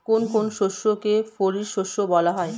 কোন কোন শস্যকে খারিফ শস্য বলা হয়?